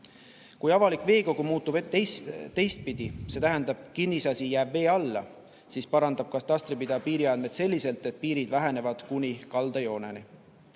Kui avalik veekogu muutub teistpidi, see tähendab, et kinnisasi jääb vee alla, siis parandab katastripidaja piiriandmed selliselt, et piirid vähenevad kuni kaldajooneni.